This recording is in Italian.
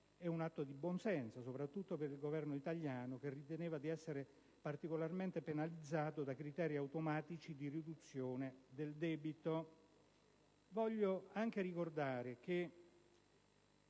è un atto di buonsenso soprattutto per il Governo italiano, che riteneva di essere particolarmente penalizzato da criteri automatici di riduzione del debito.